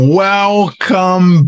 welcome